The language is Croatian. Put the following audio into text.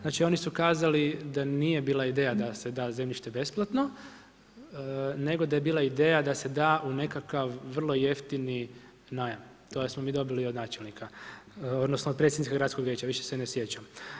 Znači oni su kazali da nije bila ideja da se da zemljište besplatno nego da je bila ideja da se da u nekakav vrlo jeftini najam, to smo mi dobili od načelnika odnosno od predsjednika gradskog vijeća, više se ne sjećam.